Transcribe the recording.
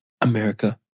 America